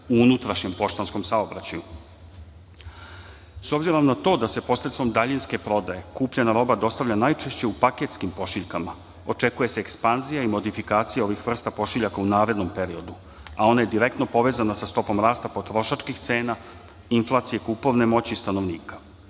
unutrašnjem poštanskom saobraćaju.S obzirom na to da se posredstvom daljinske prodaje kupljena roba dostavlja najčešće u paketskim pošiljkama, očekuje se ekspanzija i modifikacija ovih vrsta pošiljaka u narednom periodu, a ona je direktno povezana sa stopom rasta potrošačkih cena, inflacije, kupovne moći stanovnika.